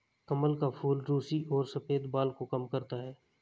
कमल का फूल रुसी और सफ़ेद बाल को कम करता है